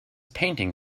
painting